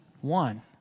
one